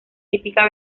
típica